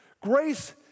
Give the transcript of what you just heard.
Grace